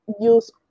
use